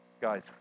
Guys